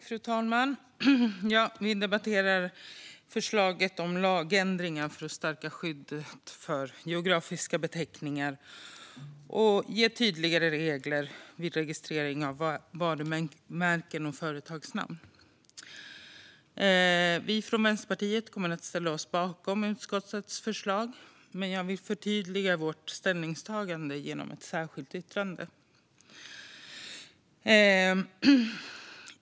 Fru talman! Vi debatterar förslag till lagändringar för att stärka skyddet för geografiska beteckningar och ge tydligare regler vid registrering av varumärken och företagsnamn i ond tro. Vi från Vänsterpartiet kommer att ställa oss bakom utskottets förslag, men jag vill förtydliga vårt ställningstagande genom ett särskilt yttrande.